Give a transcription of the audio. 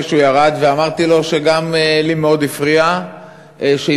שהוא ירד ואמרתי לו שגם לי מאוד הפריע שהזכירו,